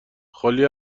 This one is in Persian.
خلی